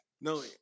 No